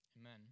Amen